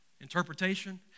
Interpretation